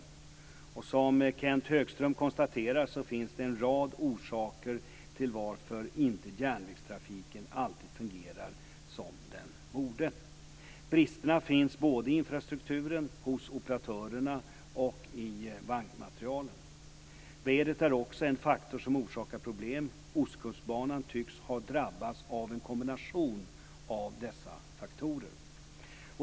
Som Kenth Högström konstaterar finns det en rad orsaker till att järnvägstrafiken inte alltid fungerar som den borde. Bristerna finns både i infrastrukturen, hos operatörerna och i vagnmaterialen. Vädret är också en faktor som orsakar problem. Ostkustbanan tycks ha drabbats av en kombination av dessa faktorer.